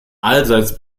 allseits